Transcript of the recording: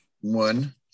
one